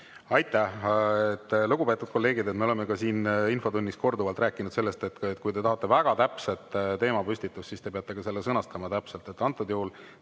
Aitäh! Lugupeetud kolleegid, me oleme ka siin infotunnis korduvalt rääkinud sellest, et kui te tahate väga täpset teemapüstitust, siis te peate selle sõnastama täpselt. Antud juhul